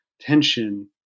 tension